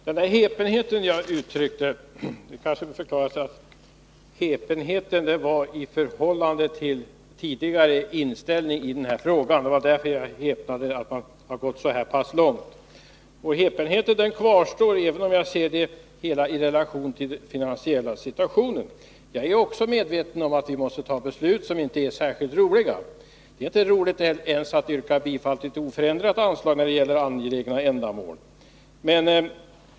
Herr talman! Den häpenhet som jag uttryckte gällde moderaternas ställningstagande i förhållande till deras tidigare inställning i denna fråga. Jag häpnade över att de nu har gått så långt. Den häpenheten kvarstår, även om jag ser förändringen i relation till den finansiella situationen. Jag är också medveten om att vi måste fatta beslut som inte är särskilt roliga. Det är inte ens roligt att yrka bifall till förslag om oförändrade anslag när det gäller angelägna ändamål.